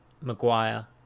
Maguire